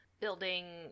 building